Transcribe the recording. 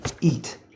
eat